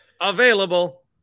available